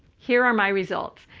here are my results.